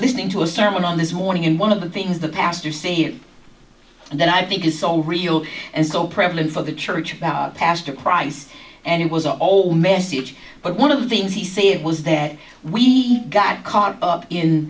listening to a sermon on this morning and one of the things the pastor say it and that i think is so real and so prevalent for the church about pastor christ and it was a whole message but one of the things he say it was that we got caught up in